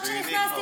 לא הקליטה?